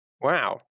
Wow